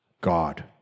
God